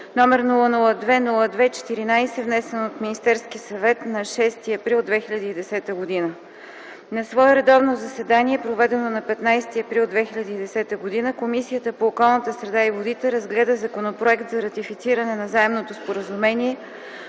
№ 002-02-14, внесен от Министерския съвет на 6 април 2010 г. На свое редовно заседание, проведено на 15 април 2010 г., Комисията по околната среда и водите разгледа Законопроект за ратифициране на Заемното споразумение